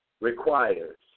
requires